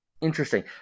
Interesting